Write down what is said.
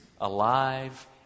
alive